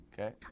Okay